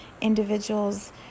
individuals